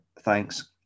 thanks